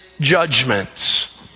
judgments